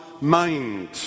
mind